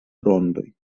rondoj